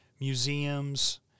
museums